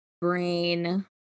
brain